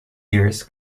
years